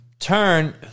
Turn